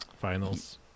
finals